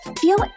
feel